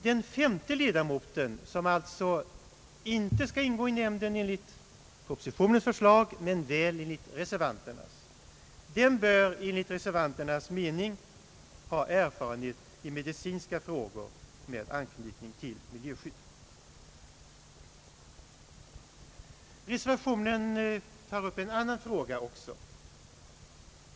Den femte ledamoten, som inte skall ingå i nämnden enligt propositionens förslag men väl enligt reservanternas, bör enligt reservanternas mening ha erfarenhet i medicinska frågor med anknytning till miljöskydd. I reservationen tas också upp en annan fråga.